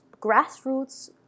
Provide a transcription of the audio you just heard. grassroots